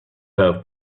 have